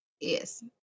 Yes